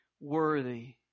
worthy